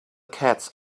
cats